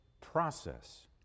process